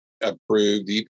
approved